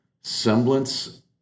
semblance